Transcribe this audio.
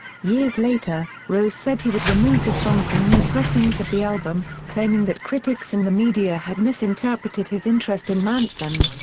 years later, rose said he would remove the song from new pressings of the album, claiming that critics and the media had misinterpreted his interest in manson.